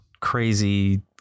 crazy